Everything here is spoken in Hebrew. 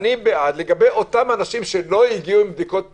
לגבי אותם אנשים שלא הגיעו עם בדיקות PCR,